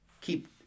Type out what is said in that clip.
keep